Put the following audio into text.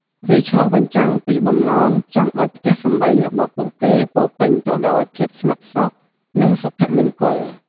វាឆ្លុះបញ្ចាំងពីបំណងចង់ឱ្យផ្ទះសម្បែងរបស់ពួកគេពោរពេញទៅដោយភាពស្ងប់សុខ និងសុភមង្គល។